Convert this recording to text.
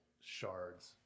shards